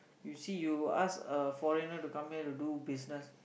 you see you ask a foreigner to come here to do business